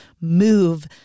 move